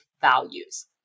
values